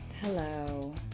hello